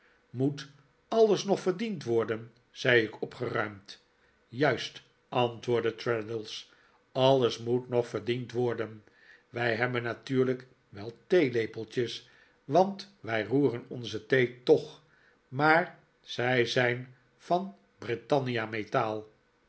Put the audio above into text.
moet alles nog verdiend worden zei ik opgeruimd juist antwoordde traddles alles moet nog verdiend worden wij hebben natuurlijk wel theelepeltjes want wij roeren onze thee toch maar zij zijn van britannia metaal